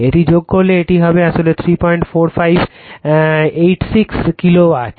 এটি যোগ করলে এটি হবে আসলে 34586 কিলো ওয়াট